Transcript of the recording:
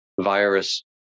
virus